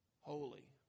holy